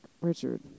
Richard